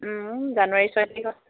জানুৱাৰী ছয় তাৰিখত